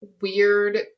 weird